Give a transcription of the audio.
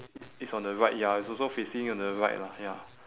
i~ is on the right ya it's also facing on the right lah ya